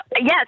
Yes